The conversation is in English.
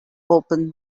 open